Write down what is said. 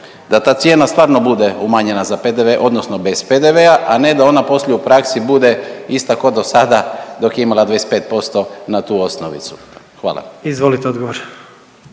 da ta cijena stvarno bude umanjena za PDV odnosno bez PDV-a, a ne da ona poslije u praksi bude ista ko do sada dok je imala 25% na tu osnovicu. Hvala. **Jandroković,